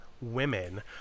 women